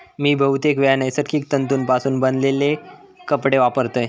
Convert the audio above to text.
मी बहुतेकवेळा नैसर्गिक तंतुपासून बनवलेले कपडे वापरतय